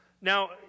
Now